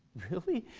really?